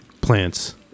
plants